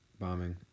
bombing